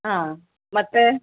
ಹಾಂ ಮತ್ತೆ